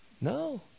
No